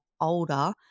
older